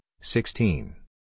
sixteen